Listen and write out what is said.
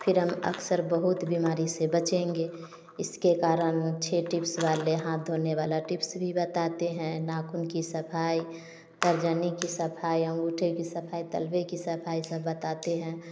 फिर हम अक्सर बहुत बीमारी से बचेंगे इसके कारण छ टिप्स वाले हाथ धोने वाला टिप्स भी बताते हैं नाखून की सफाई तब जाने की सफाई अंगूठे की सफाई तालु की सफाई सब बताते हैं